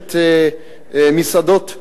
רשת מסעדות,